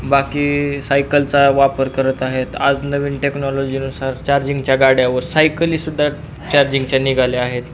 बाकी सायकलचा वापर करत आहेत आज नवीन टेक्नॉलॉजीनुसार चार्जिंगच्या गाड्यावर सायकलीसुद्धा चार्जिंगच्या निघाल्या आहेत